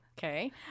Okay